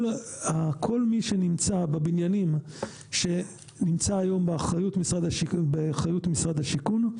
כל מי שנמצא בבניינים שבאחריות משרד השיכון,